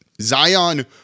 Zion